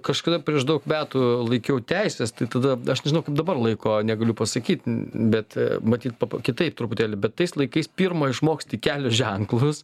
kažkada prieš daug metų laikiau teises tai tada aš nežinau kaip dabar laiko negaliu pasakyt bet matyt po kitaip truputėlį bet tais laikais pirma išmoksti kelio ženklus